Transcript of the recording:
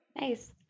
Nice